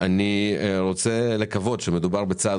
אני רוצה לקוות שמדובר בצעד